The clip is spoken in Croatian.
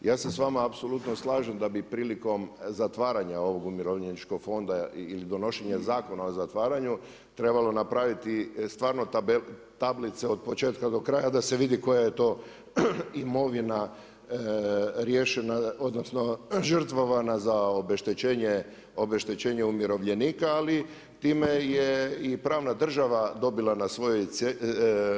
Ja se s vama apsolutno slažem da bi prilikom zatvaranja ovog umirovljeničkog fonda ili donošenja zakona o zatvaranju trebalo napraviti stvarno tablice od početka do kraja da se vidi koja je to imovina riješena, odnosno žrtvovana za obeštećenje umirovljenika, ali time je i pravna država dobila